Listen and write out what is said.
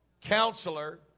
Counselor